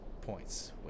points